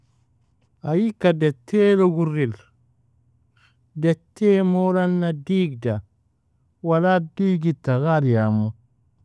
Ay igka dettelog urril, dette moal ana digda wala digita ghaliaimu.